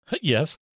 Yes